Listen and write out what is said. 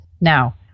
Now